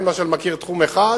אני, למשל, מכיר תחום אחד,